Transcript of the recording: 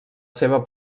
seva